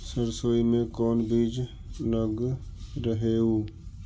सरसोई मे कोन बीज लग रहेउ?